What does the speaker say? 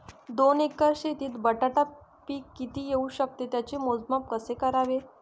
दोन एकर शेतीत बटाटा पीक किती येवू शकते? त्याचे मोजमाप कसे करावे?